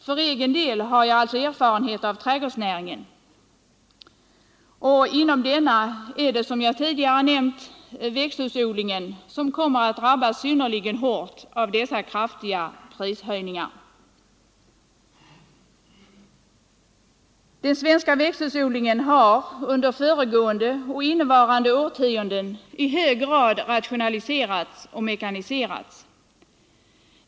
För egen del har jag alltså erfarenhet av trädgårdsnäringen, och inom den är det, som jag tidigare har nämnt, växthusodlingen som kommer att drabbas synnerligen hårt av dessa kraftiga prishöjningar. Den svenska växthusodlingen har under föregående och innevarande årtionden i hög grad rationaliserats och mekaniserats.